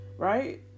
Right